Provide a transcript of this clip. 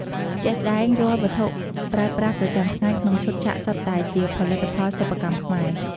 ជាក់ស្ដែង រាល់ វត្ថុប្រើប្រាស់ប្រចាំថ្ងៃក្នុងឈុតឆាកសុទ្ធតែជាផលិតផលសិប្បកម្មខ្មែរ។